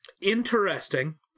Interesting